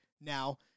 now